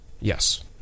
Yes